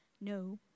No